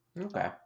Okay